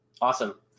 Awesome